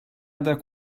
other